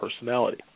personality